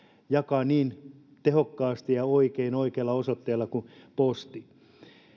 jakaa niin tehokkaasti ja oikein oikeilla osoitteilla kuin posti